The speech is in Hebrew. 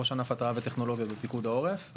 ראש ענף התרעה וטכנולוגיה בפיקוד העורף.